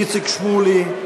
איציק שמולי,